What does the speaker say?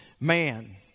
man